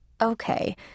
Okay